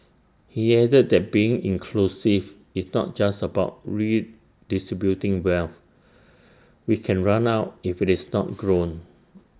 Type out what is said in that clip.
he added that being inclusive is not just about redistributing wealth which can run out if IT is not grown